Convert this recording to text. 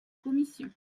commission